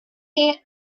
their